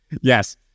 Yes